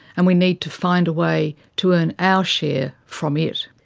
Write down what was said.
and we need to find a way to earn our share from it. it.